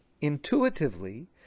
intuitively